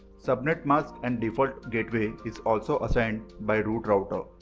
subnet mask and default gateway is also assigned by root router.